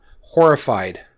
Horrified